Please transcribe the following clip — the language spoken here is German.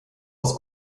aus